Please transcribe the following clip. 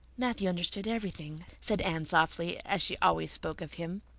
matthew understood everything, said anne softly, as she always spoke of him.